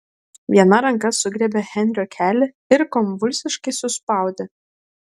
viena ranka sugriebė henrio kelį ir konvulsiškai suspaudė